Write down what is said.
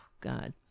God